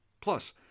Plus